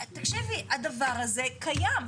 תקשיבי, הדבר הזה קיים.